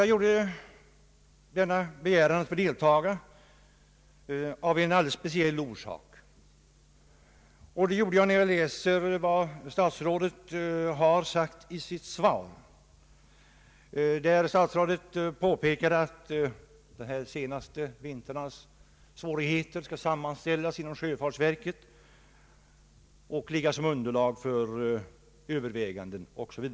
Jag framställde min begäran om att få delta i denna debatt av en alldeles speciell orsak, nämligen efter att ha läst statsrådets svar, där han påpekade att erfarenheterna från de senaste svåra vintrarna kommer att sammanställas inom sjöfartsverket för att bilda underlag för överväganden m.m.